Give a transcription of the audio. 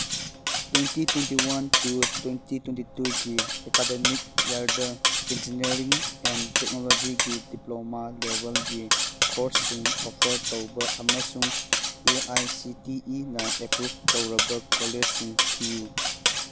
twenty twenty one to twenty twenty ꯇꯨꯒꯤ academic ꯏꯌꯔꯗ engineering and ꯇꯦꯛꯅꯣꯂꯣꯖꯤꯒꯤ ꯗꯤꯄ꯭ꯂꯣꯃꯥ ꯂꯦꯕꯦꯜꯒꯤ ꯀꯣꯔꯁꯁꯤꯡ ꯑꯣꯐꯔ ꯇꯧꯕ ꯑꯃꯁꯨꯡ ꯑꯦ ꯑꯥꯏ ꯁꯤ ꯇꯤ ꯏꯅ ꯑꯦꯄ꯭ꯔꯨꯞ ꯇꯧꯔꯕ ꯀꯣꯂꯦꯖꯁꯤꯡ ꯊꯤꯌꯨ